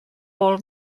all